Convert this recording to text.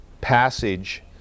passage